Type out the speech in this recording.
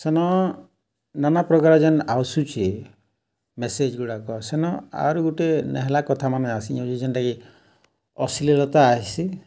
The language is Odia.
ସେନ ନାନାପ୍ରକାର ଯେନ୍ ଆସୁଛେ ମେସେଜ୍ ଗୁଡ଼ାକ ସେନ ଆହୁରି ଗୁଟେ ନେହେଲା କଥାମାନେ ଆସିଯାଉଛେ ଯେନ୍ଟାକି ଅଶ୍ଲିଳତା ଆଏସି